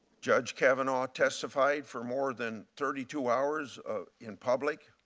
judge kavanaugh testify for more than thirty two hours in public.